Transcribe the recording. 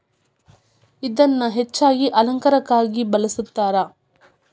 ಇದನ್ನಾ ಹೆಚ್ಚಾಗಿ ಅಲಂಕಾರಕ್ಕಾಗಿ ಬಳ್ಸತಾರ